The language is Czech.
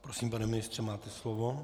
Prosím, pane ministře, máte slovo.